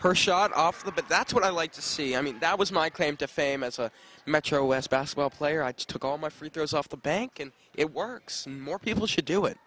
her shot off the but that's what i like to see i mean that was my claim to fame as a metro west basketball player i took all my free throws off the bank and it works more people should do it